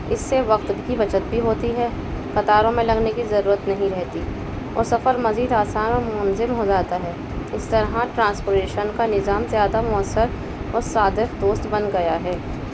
اس سے وقت کی بچت بھی ہوتی ہے قطاروں میں لگنے کی ضرورت نہیں رہتی اور سفر مزید آسان اور منظم ہو جاتا ہے اس طرح ٹرانسپورٹیشن کا نظام زیادہ مؤثر اور صادر دوست بن گیا ہے